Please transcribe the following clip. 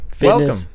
welcome